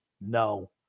no